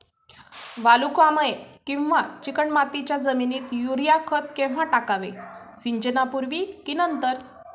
वालुकामय किंवा चिकणमातीच्या जमिनीत युरिया खत केव्हा टाकावे, सिंचनापूर्वी की नंतर?